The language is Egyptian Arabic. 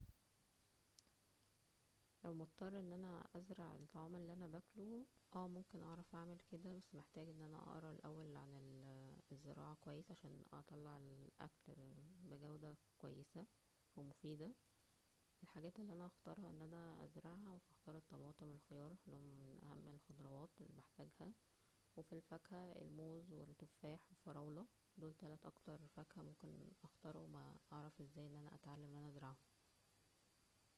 لو مضطر ازرع الطعام اللى انا باكله, اه ممكن اعرف ان انا اعمل كدا بس محتاج ان انا اقرا الاول عن ال- اه الزراعة كويس ,عشان اكلع ال- الاكل بجودة كويسة ,ومفيدة, الحاجات اللى انا هخترها ان اننا ازرعها هختار الطماطم والخيار لانهم من اهم الخضروات اللى انا بحتاجها ,وفى الفاكهة الموز والتفاح والفراولة دول اكتر تلات فاكهة اخترهم, اعرف ازاى ان انا ازرعهم